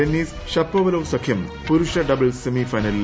Dennis Shapovalov സഖ്യം പൂരുഷ doubles semi ഫൈനലിൽ